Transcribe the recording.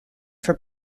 for